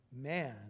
Man